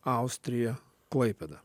austrija klaipėda